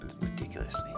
ridiculously